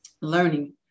learning